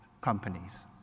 companies